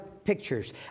pictures